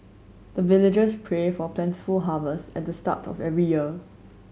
the villagers pray for plentiful harvest at the start of every year